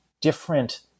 different